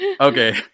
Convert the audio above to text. Okay